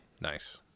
Nice